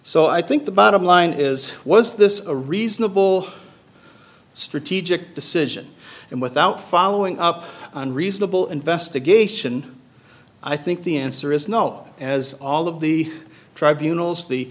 so i think the bottom line is was this a reasonable strategic decision and without following up on reasonable investigation i think the answer is no as all of the tribunals the